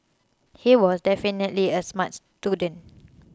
he was definitely a smart student